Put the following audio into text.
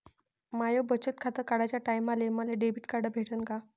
माय बचत खातं काढाच्या टायमाले मले डेबिट कार्ड भेटन का?